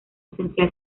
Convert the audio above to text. esencial